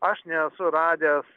aš nesu radęs